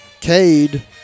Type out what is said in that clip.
Cade